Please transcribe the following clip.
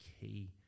key